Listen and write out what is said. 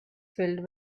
filled